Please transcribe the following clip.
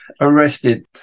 arrested